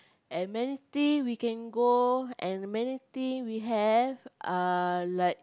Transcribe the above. and many thing we can go and many thing we have uh like